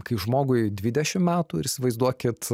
kai žmogui dvidešim metų ir įsivaizduokit